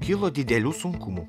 kilo didelių sunkumų